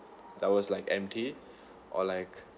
that was like empty or like